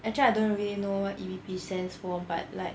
actually I don't really know what it represents for but like